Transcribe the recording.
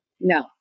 No